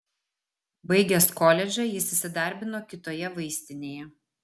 baigęs koledžą jis įsidarbino kitoje vaistinėje